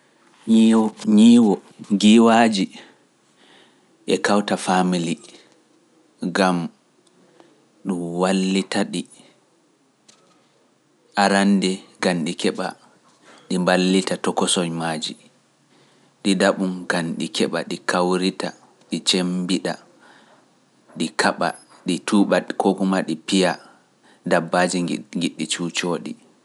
Ɲyiiw- nyiiwo, giiwaaji e kawta family ngam ɗum wallita-ɗi, arannde ngam ɗi keɓa ɗi mballita tokosoy maaji, ɗiɗaɓum ngam ɗi keɓa ɗi kawrita, ɗi cemmbiɗa, ɗi kaɓa, ɗi tuuɓa koo kuma ɗi piya dabbaaji ngiɗɗi cuucoo-ɗi.